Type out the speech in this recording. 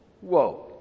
Whoa